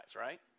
right